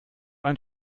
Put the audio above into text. ein